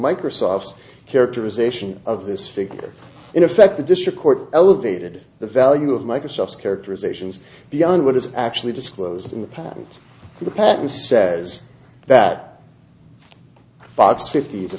microsoft's characterization of this figure in effect the district court elevated the value of microsoft's characterizations beyond what is actually disclosed in the patent to the patent says that box fifty is the